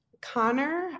Connor